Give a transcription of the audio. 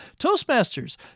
Toastmasters